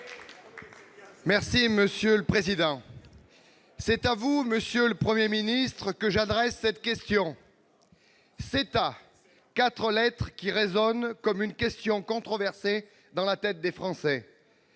Les Républicains. CETA vous, monsieur le Premier ministre, que j'adresse cette question. CETA, quatre lettres qui résonnent comme une question controversée dans la tête des Français.